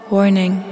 Warning